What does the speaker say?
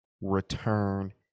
return